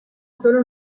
solo